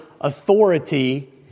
authority